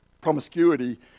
promiscuity